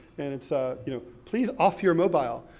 and it's, ah you know, please off your mobile.